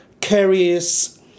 carries